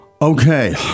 Okay